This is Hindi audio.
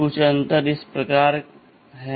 कुछ अंतर इस प्रकार हैं